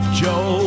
joe